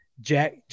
Jack